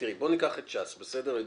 אם ניקח את ש"ס לדוגמה,